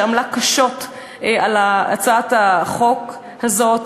שעמלה קשות על הצעת החוק הזאת,